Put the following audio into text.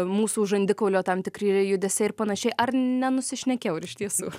mūsų žandikaulio tam tikri judesiai ir panašiai ar nenusišnekėjau ar iš tiesų